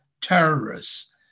terrorists